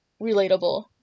relatable